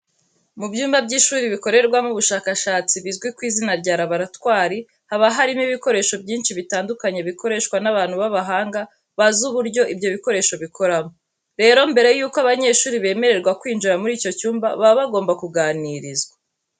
Mu byumba by'ishuri bikorerwamo ubushakashatsi bizwi ku izina rya laboratwari, haba harimo ibikoresho byinshi bitandukanye bikoreshwa n'abantu b'abahanga bazi uburyo ibyo bikoresho bikoramo. Rero mbere yuko abanyeshuri bemererwa kwinjira muri icyo cyumba baba bagomba kuganirizwa.